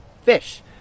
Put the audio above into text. fish